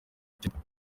temple